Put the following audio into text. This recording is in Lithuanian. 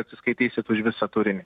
atsiskaitysit už visą turinį